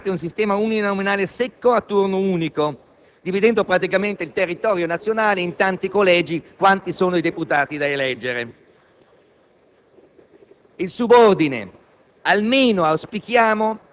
il sistema uninominale, prevedendo, per la Camera dei deputati, un sistema uninominale secco a turno unico, dividendo il territorio nazionale in tanti collegi quanti sono i deputati da eleggere.